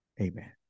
amen